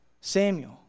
Samuel